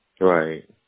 Right